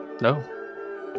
No